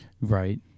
right